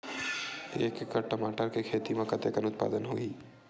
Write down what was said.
एक एकड़ टमाटर के खेती म कतेकन उत्पादन होही?